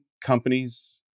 companies